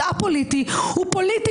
את הצווים,